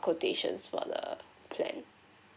quotation for the plan